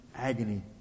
agony